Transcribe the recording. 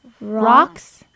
rocks